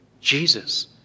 Jesus